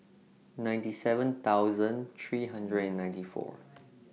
ninety seven thousand three hundred and ninety four